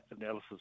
analysis